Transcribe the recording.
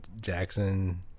Jackson